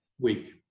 week